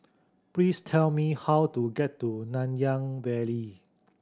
please tell me how to get to Nanyang Valley